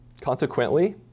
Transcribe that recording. Consequently